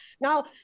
now